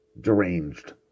deranged